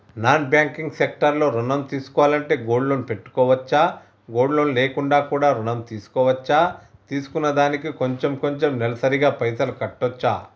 Non banking sector లో ఋణం తీసుకోవాలంటే గోల్డ్ లోన్ పెట్టుకోవచ్చా? గోల్డ్ లోన్ లేకుండా కూడా ఋణం తీసుకోవచ్చా? తీసుకున్న దానికి కొంచెం కొంచెం నెలసరి గా పైసలు కట్టొచ్చా?